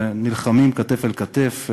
ונלחמים כתף אל כתף,